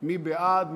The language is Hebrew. מי בעד?